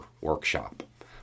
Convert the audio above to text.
workshop